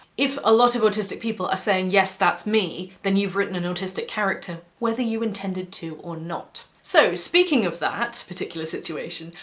if a lot of autistic people are saying, yes, that's me, then you've written an autistic character, whether you intended to or not. so speaking of that particular situation,